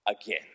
again